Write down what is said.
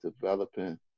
developing